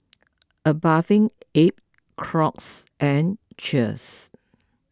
a Bathing Ape Crocs and Cheers